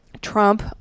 Trump